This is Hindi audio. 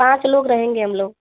पाँच लोग रहेंगे हम लोग